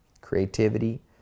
Creativity